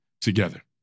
together